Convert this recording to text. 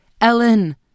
Ellen